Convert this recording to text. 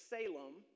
Salem